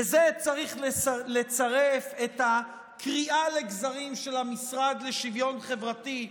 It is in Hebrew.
לזה צריך לצרף את הקריעה לגזרים של המשרד לשוויון חברתי,